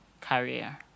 career